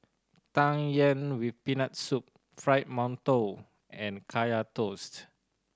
Tang Yuen with Peanut Soup Fried Mantou and Kaya Toast